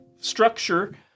structure